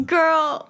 Girl